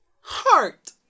Heart